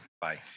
Bye